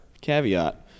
caveat